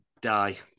die